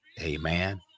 Amen